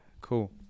cool